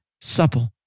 Supple